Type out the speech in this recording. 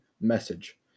message